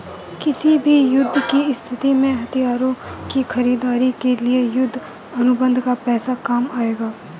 किसी भी युद्ध की स्थिति में हथियार की खरीदारी के लिए युद्ध अनुबंध का पैसा काम आएगा